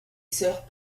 sœurs